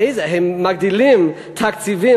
הם מגדילים תקציבים,